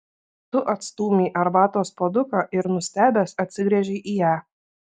tu atstūmei arbatos puoduką ir nustebęs atsigręžei į ją